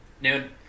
Noon